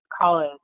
college